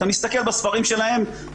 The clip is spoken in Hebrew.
אתה מסתכל בספרים שלהם,